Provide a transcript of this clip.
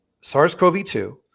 SARS-CoV-2